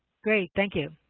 great. thank you.